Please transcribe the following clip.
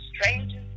strangers